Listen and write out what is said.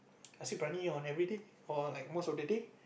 nasi-briyani on every day or like most of the day